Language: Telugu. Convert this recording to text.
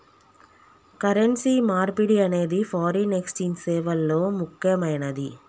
కరెన్సీ మార్పిడి అనేది ఫారిన్ ఎక్స్ఛేంజ్ సేవల్లో ముక్కెమైనది